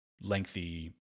lengthy